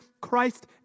Christ